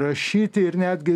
rašyti ir netgi